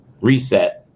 Reset